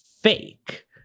fake